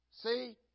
See